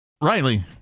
Riley